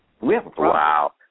Wow